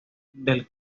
del